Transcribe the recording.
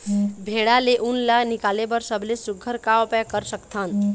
भेड़ा ले उन ला निकाले बर सबले सुघ्घर का उपाय कर सकथन?